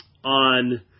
on